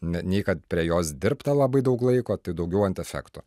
nei kad prie jos dirbta labai daug laiko tai daugiau ant efekto